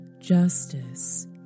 Justice